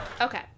Okay